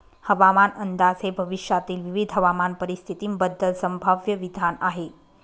हवामान अंदाज हे भविष्यातील विविध हवामान परिस्थितींबद्दल संभाव्य विधान आहे